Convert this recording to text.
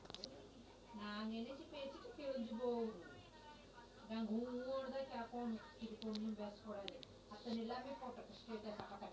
ನದಿಯ ನೇರಿನ ಜಾಗದಿಂದ ಕಾಲುವೆಯ ಮೂಲಕ ವ್ಯವಸಾಯಕ್ಕ ನೇರನ್ನು ಒದಗಿಸುವುದಕ್ಕ ಏನಂತ ಕರಿತಾರೇ?